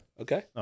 Okay